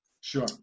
sure